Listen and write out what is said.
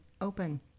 open